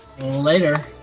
Later